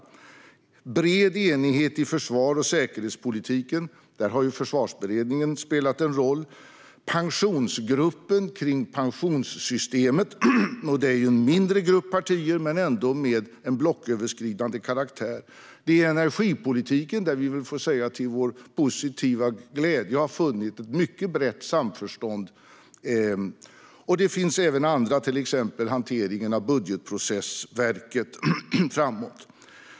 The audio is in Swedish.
Det gäller även bred enighet i försvars och säkerhetspolitiken. Där har Försvarsberedningen spelat en roll. Det gäller Pensionsgruppen, som har arbetat med frågor som rör pensionssystemet. Här handlar det om en mindre grupp partier, men det hela har ändå en blocköverskridande karaktär. Det gäller också energipolitiken, där vi glädjande nog har funnit ett mycket brett samförstånd. Det finns även andra områden, till exempel hanteringen av budgetprocessverket framöver.